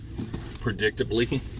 predictably